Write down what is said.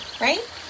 right